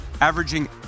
averaging